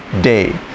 day